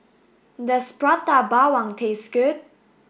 does Prata Bawang taste good